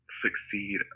succeed